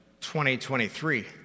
2023